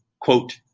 quote